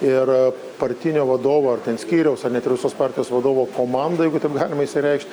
ir partinio vadovo ar ten skyriaus ar net ir visos partijos vadovo komanda jeigu taip galima išsireikšti